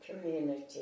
community